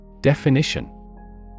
Definition